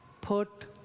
put